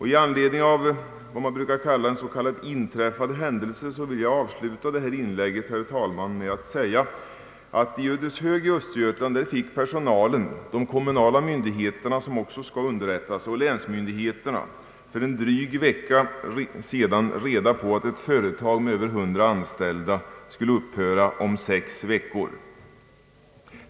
I anledning av en vad man brukar kalla inträffad händelse vill jag avsluta mitt inlägg, herr talman, med att berätta att i Ödeshög fick personalen, de kommunala myndigheterna — som också skall underrättas — och länsmyndigheterna för en dryg vecka sedan reda på att ett företag med över 100 anställda skulle upphöra om sex veckor.